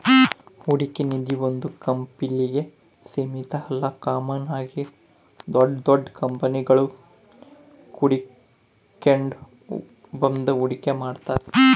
ಹೂಡಿಕೆ ನಿಧೀ ಒಂದು ಕಂಪ್ನಿಗೆ ಸೀಮಿತ ಅಲ್ಲ ಕಾಮನ್ ಆಗಿ ದೊಡ್ ದೊಡ್ ಕಂಪನಿಗುಳು ಕೂಡಿಕೆಂಡ್ ಬಂದು ಹೂಡಿಕೆ ಮಾಡ್ತಾರ